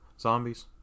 zombies